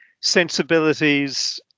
sensibilities